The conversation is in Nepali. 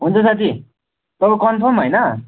हुन्छ साथी तपाईँ कन्फर्म होइन